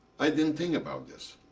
i didn't think about this.